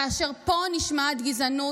כאשר פה נשמעת גזענות,